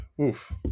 oof